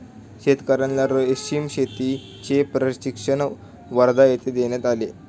शेतकर्यांना रेशीम शेतीचे प्रशिक्षण वर्धा येथे देण्यात आले